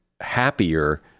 happier